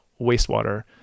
Wastewater